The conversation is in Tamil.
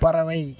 பறவை